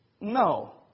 No